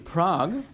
Prague